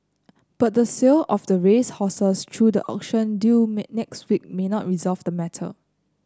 but the sale of the racehorses through the auction due may next week may not resolve the matter